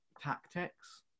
tactics